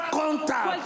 contact